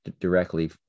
directly